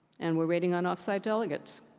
and we're waying on off site delegates.